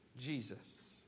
Jesus